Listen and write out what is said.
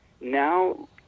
now